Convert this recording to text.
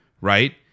Right